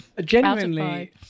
genuinely